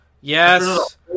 Yes